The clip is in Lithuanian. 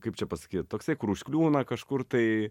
kaip čia pasakyt toksai kur užkliūna kažkur tai